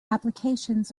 applications